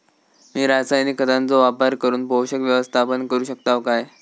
मी रासायनिक खतांचो वापर करून पोषक व्यवस्थापन करू शकताव काय?